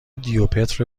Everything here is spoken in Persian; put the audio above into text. دیوپتر